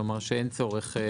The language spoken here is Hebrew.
כלומר, שאין צורך לכתוב את זה.